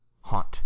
haunt